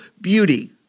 beauty